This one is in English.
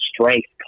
strength